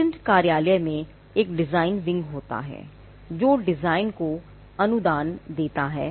patent कार्यालय में एक डिज़ाइन विंग होता है जो डिज़ाइन को अनुदान देता है